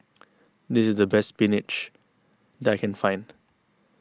this is the best Spinach that I can find